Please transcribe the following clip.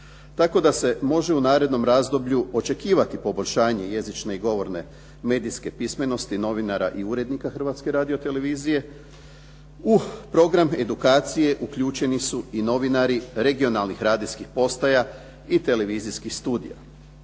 tako da se može u narednom razdoblju očekivati poboljšanje jezične i govorne medijske pismenosti novinara i urednika Hrvatske radiotelevizije. U program edukacije uključeni su i novinari regionalnih radijskih postaja i televizijskih studija.